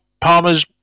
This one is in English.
Palmer's